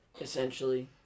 essentially